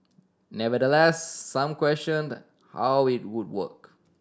nevertheless some questioned how it would work